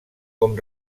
com